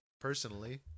personally